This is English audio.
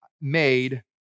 made